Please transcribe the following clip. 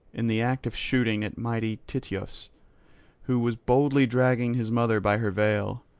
in the act of shooting at mighty tityos who was boldly dragging his mother by her veil,